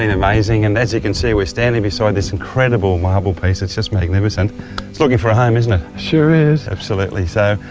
and amazing. and as you can see we're standing beside this incredible marble piece, it's just magnificent. it's looking for a home isn't it? sure is. absolutely, so,